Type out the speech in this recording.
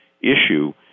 issue